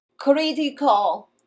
critical